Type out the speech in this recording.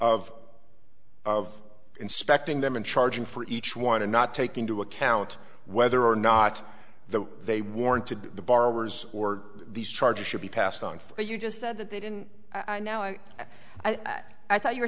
of of inspecting them and charging for each one and not take into account whether or not the they warranted the borrowers or these charges should be passed on or you just said that they didn't i know i i thought you were